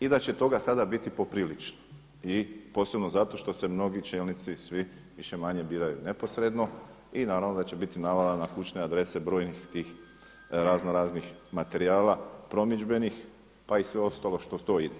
i da će toga sada biti poprilično i posebno zato što se mnogi čelnici svi više-manje biraju neposredno i naravno da će biti navala na kućne adrese brojnih tih raznoraznih materijala promidžbenih pa i sve ostalo što stoji.